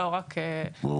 לא רק ההפעלה